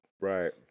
Right